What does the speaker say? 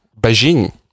Beijing